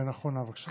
כן, אחרונה, בבקשה.